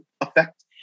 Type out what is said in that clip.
effect